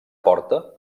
porta